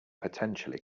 potentially